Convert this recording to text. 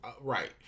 right